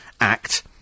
act